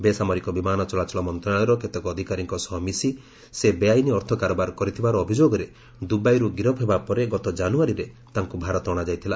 ବେସାମରିକ ବିମାନ ଚଳାଚଳ ମନ୍ତ୍ରଣାଳୟର କେତେକ ଅଧିକାରୀଙ୍କ ସହ ମିଶି ସେ ବେଆଇନ ଅର୍ଥ କାରବାର କରିଥିବାର ଅଭିଯୋଗରେ ଦ୍ରବାଇର୍ ଗିରଫ ହେବା ପରେ ଗତ ଜାନ୍ରୟାରୀରେ ତାଙ୍କ ଭାରତ ଅଣାଯାଇଥିଲା